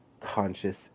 conscious